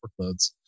workloads